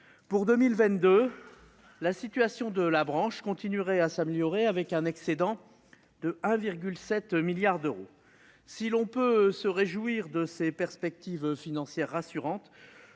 Pour 2022, la situation de la branche continuerait à s'améliorer avec un excédent de 1,7 milliard d'euros. Si l'on peut se réjouir de ces perspectives financières rassurantes,